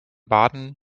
baden